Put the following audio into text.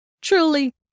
Truly